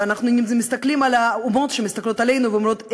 ואנחנו מסתכלים על האומות שמסתכלות עלינו ואומרות: